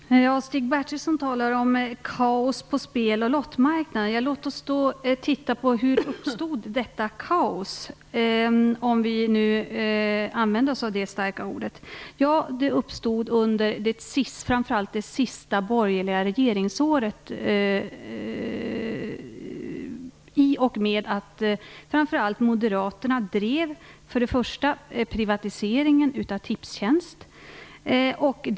Fru talman! Stig Bertilsson talar om kaos på speloch lottmarknaden. Låt oss då se hur detta kaos - om vi nu skall använda detta starka ord - uppstod. Det uppstod under framför allt det sista borgerliga regeringsåret i och med att framför allt moderaterna drev bl.a. privatiseringen av Tipstjänst.